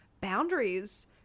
boundaries